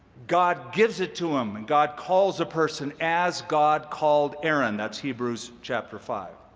god gives it to him, and god calls a person as god called aaron. that's hebrews, chapter five.